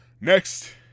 Next